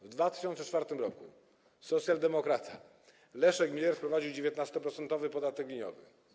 W 2004 r. socjaldemokrata Leszek Miller wprowadził 19-procentowy podatek liniowy.